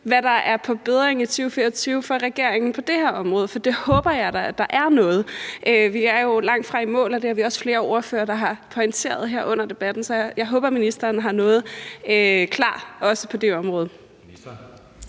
hvad der er på bedding i 2024 fra regeringen på det her område, for jeg håber da, at der er noget. Vi er jo langtfra i mål, og det har vi også flere ordførere, der har pointeret her under debatten. Så jeg håber, ministeren har noget klar også på det område.